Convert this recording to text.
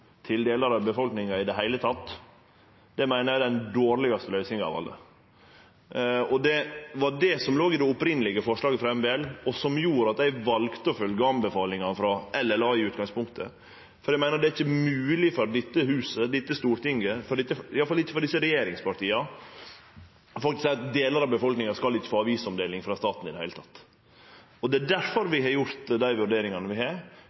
til delar av befolkninga i det heile, meiner eg er den dårlegaste løysinga av alle. Det var det som låg i det opphavlege forslaget frå MBL, og som gjorde at eg valde å følgje tilrådingane frå LLA i utgangspunktet. Eg meiner det ikkje er mogleg for dette stortinget, i alle fall ikkje for regjeringspartia, å seie at delar av befolkninga ikkje skal få avisomdeling frå staten i heile teke. Det er difor vi har gjort dei vurderingane vi har